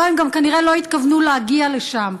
לא, הם גם כנראה לא התכוונו להגיע לשם.